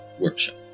workshop